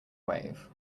wave